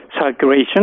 circulation